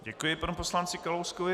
Děkuji panu poslanci Kalouskovi.